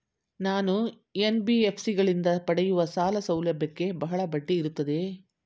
ನಾನು ಎನ್.ಬಿ.ಎಫ್.ಸಿ ಗಳಿಂದ ಪಡೆಯುವ ಸಾಲ ಸೌಲಭ್ಯಕ್ಕೆ ಬಹಳ ಬಡ್ಡಿ ಇರುತ್ತದೆಯೇ?